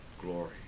glory